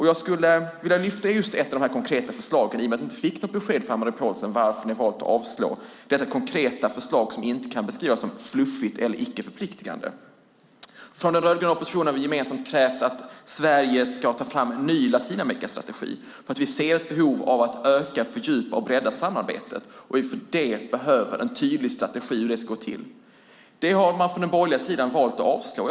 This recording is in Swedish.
Jag skulle vilja lyfta fram just ett av de här konkreta förslagen i och med att vi inte fick något besked från Anne-Marie Pålsson varför man har valt att avstyrka detta konkreta förslag, som inte kan beskrivas som fluffigt eller icke förpliktigande. Från den rödgröna oppositionen har vi gemensamt krävt att Sverige ska ta fram en ny Latinamerikastrategi. Vi ser ett behov av att öka, fördjupa och bredda samarbetet, och inför det behöver vi en tydlig strategi för hur det ska gå till. Från den borgerliga sidan har man valt att avstyrka det.